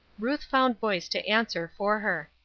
ruth found voice to answer for her.